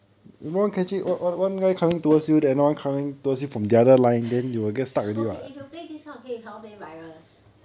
okay if you play these kind of game you cannot play virus